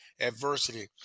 adversity